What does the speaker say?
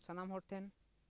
ᱥᱟᱱᱟᱢ ᱦᱚᱲ ᱴᱷᱮᱱ